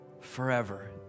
forever